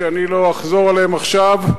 שאני לא אחזור עליהם עכשיו,